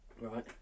Right